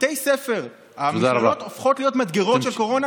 בתי הספר והמכללות הופכים להיות מדגרות של קורונה,